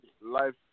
Life